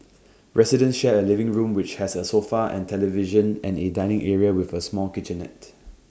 residents share A living room which has A sofa and television and A dining area with A small kitchenette